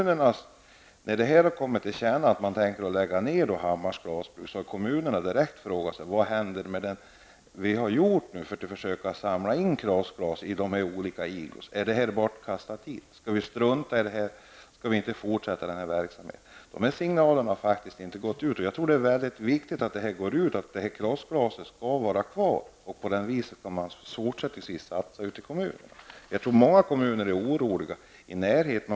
När det har blivit känt att man tänker lägga ned Hammars glasbruk, har kommunerna direkt frågat sig: Vad händer med det vi har gjort för att försöka samla in krossglas i olika igloon? Är det bortkastad tid? Skall vi inte fortsätta denna verksamhet? Dessa signaler har faktiskt inte gått ut. Det är mycket viktigt att det blir känt att krossglaset skall vara kvar, så att man kan satsa på det fortsättningsvis ute i kommunerna. Jag tror att man är orolig i många kommuner.